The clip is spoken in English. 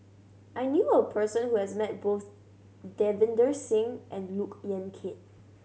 I knew a person who has met both Davinder Singh and Look Yan Kit